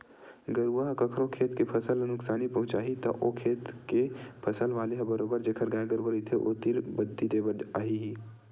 गरुवा ह कखरो खेत के फसल ल नुकसानी पहुँचाही त ओ खेत के फसल वाले ह बरोबर जेखर गाय गरुवा रहिथे ओ तीर बदी देय बर आही ही